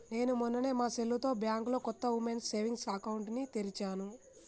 నేను మొన్ననే మా సెల్లుతో బ్యాంకులో కొత్త ఉమెన్స్ సేవింగ్స్ అకౌంట్ ని తెరిచాను